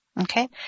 Okay